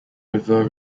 river